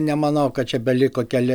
nemanau kad čia beliko keli